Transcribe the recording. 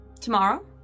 Tomorrow